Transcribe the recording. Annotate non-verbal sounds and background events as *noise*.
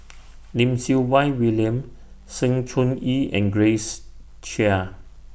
*noise* Lim Siew Wai William Sng Choon Yee and Grace Chia